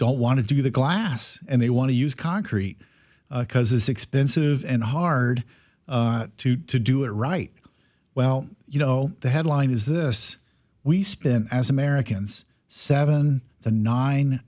don't want to do the glass and they want to use concrete because it's expensive and hard to to do it right well you know the headline is this we spent as americans seven the nine